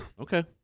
Okay